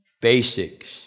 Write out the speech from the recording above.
basics